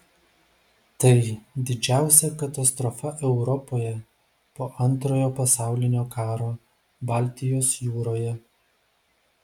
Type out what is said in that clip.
tai didžiausia katastrofa europoje po antrojo pasaulinio karo baltijos jūroje